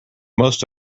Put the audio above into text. most